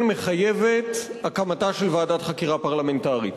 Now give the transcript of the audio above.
מחייבת הקמת ועדת חקירה פרלמנטרית.